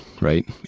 right